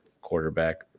quarterback